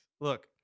look